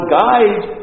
guide